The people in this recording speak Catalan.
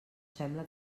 sembla